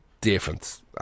different